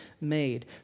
made